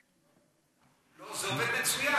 נו, זה עובד מצוין.